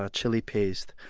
ah chili paste,